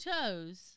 toes